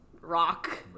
rock